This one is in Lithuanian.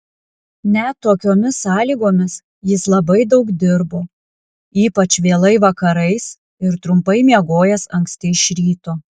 net tokiomis sąlygomis jis labai daug dirbo ypač vėlai vakarais ir trumpai miegojęs anksti iš ryto